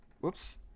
Whoops